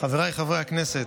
חבריי חברי הכנסת,